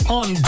on